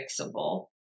fixable